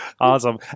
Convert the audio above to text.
Awesome